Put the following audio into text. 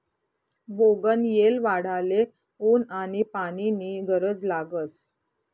बोगनयेल वाढाले ऊन आनी पानी नी गरज लागस